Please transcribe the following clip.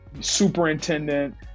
superintendent